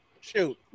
Shoot